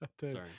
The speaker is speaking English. sorry